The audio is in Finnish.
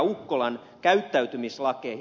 ukkolan käyttäytymislakeihin